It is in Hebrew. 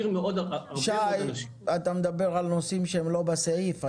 אתה מדבר על נושאים שהם לא בסעיף.